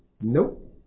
Nope